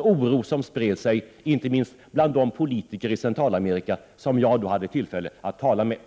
oro spred sig inte minst bland de politiker i Centralamerika som jag då hade tillfälle att tala med.